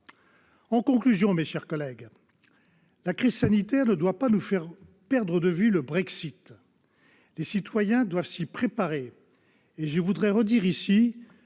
En conclusion, mes chers collègues, la crise sanitaire ne doit pas nous faire perdre de vue le Brexit. Les citoyens doivent s'y préparer. Je voudrais redire ici